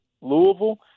Louisville